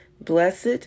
Blessed